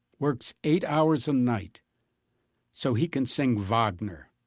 works eight hours a night so he can sing wagner,